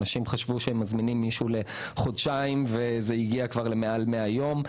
אנשים חשבו שהם מזמינים מישהו לחודשיים וזה הגיע כבר למעל 100 ימים.